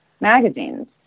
magazines